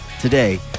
today